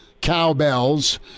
cowbells